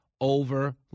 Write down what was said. over